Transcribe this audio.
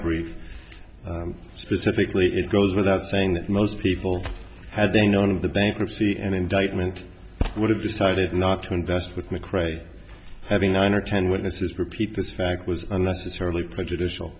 brief specifically it goes without saying that most people had they known of the bankruptcy an indictment would have decided not to invest with mcrae having nine or ten witnesses repeat this fact was unnecessarily prejudicial